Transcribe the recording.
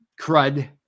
crud